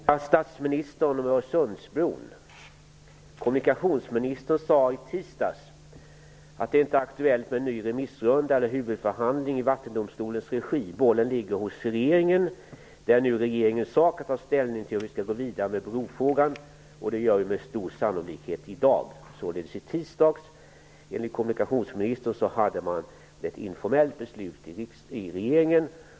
Fru talman! Jag vill ställa en fråga till statsministern om Öresundsbron. Kommunikationsministern sade i tisdags att det inte är aktuellt med en ny remissomgång eller huvudförhandling i Vattendomstolens regi. Bollen ligger hos regeringen. Det är nu regeringens sak att ta ställning till hur vi skall gå vidare med brofrågan, vilket vi med stor sannolikhet gör redan i dag, eftersom det enligt kommunikationsministern i tisdags fattades ett informellt beslut i regeringen.